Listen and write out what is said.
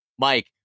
Mike